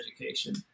education